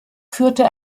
führte